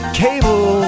cable